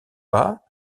pas